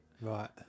right